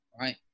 right